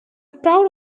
proud